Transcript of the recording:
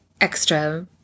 extra